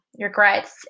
regrets